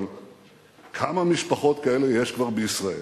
אבל כמה משפחות כאלה יש כבר בישראל,